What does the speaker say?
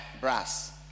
brass